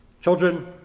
children